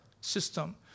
system